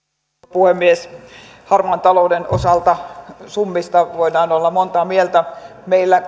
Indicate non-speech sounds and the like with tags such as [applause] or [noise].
puhemies harmaan talouden osalta summista voidaan olla monta mieltä meillä [unintelligible]